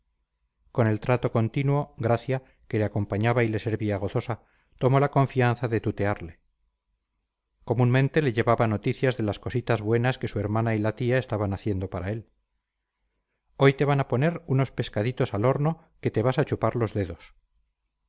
con el trato continuo gracia que le acompañaba y le servía gozosa tomó la confianza de tutearle comúnmente le llevaba noticias de las cositas buenas que su hermana y la tía estaban haciendo para él hoy te van a poner unos pescaditos al horno que te vas a chupar los dedos